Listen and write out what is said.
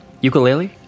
Ukulele